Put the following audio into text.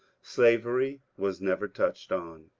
slavery was never touched on.